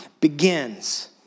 begins